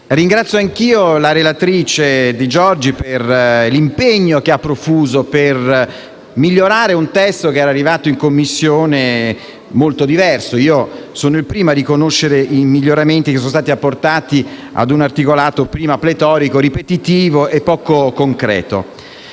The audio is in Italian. Ringrazio anch'io la relatrice Di Giorgi per l'impegno che ha profuso per migliorare un testo che era arrivato in Commissione molto diverso. Sono il primo a riconoscere i miglioramenti apportati a un articolato prima pletorico, ripetitivo e poco concreto.